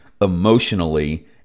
emotionally